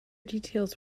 details